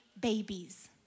babies